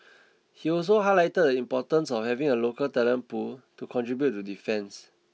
he also highlighted the importance of having a local talent pool to contribute to defence